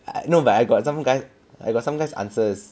no but I got some guy's I got some guy's answers